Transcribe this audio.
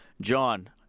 John